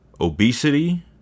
Obesity